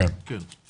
א.ש: כן.